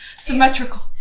symmetrical